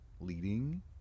leading